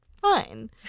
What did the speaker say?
fine